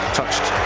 touched